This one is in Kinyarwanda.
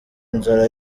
inzara